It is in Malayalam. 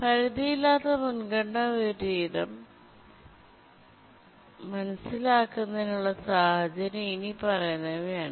പരിധിയില്ലാത്ത മുൻഗണന വിപരീതം മനസിലാക്കുന്നതിനുള്ള സാഹചര്യം ഇനിപ്പറയുന്നവയാണ്